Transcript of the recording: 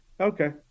Okay